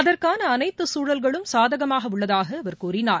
அதற்கானஅனைத்துகுழல்களும் சாதகமாகஉள்ளதாகஅவர் கூறினார்